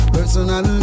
Personal